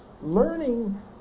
Learning